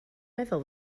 meddwl